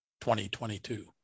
2022